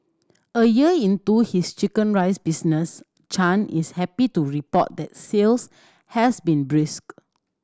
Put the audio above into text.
a year into his chicken rice business Chan is happy to report that sales has been brisk